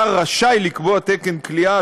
השר רשאי לקבוע תקן כליאה,